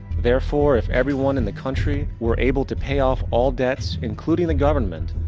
therefore, if everyone in the country were able to pay off all debts including the government,